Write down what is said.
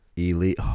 Elite